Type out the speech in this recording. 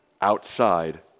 outside